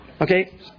Okay